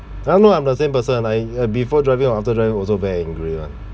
uh no I'm the same person and I I before driving and after driving also very angry [one]